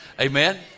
Amen